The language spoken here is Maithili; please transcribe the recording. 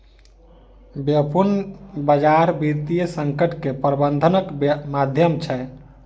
व्युत्पन्न बजार वित्तीय संकट के प्रबंधनक माध्यम छै